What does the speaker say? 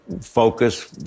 focus